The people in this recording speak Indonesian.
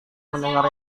mendengar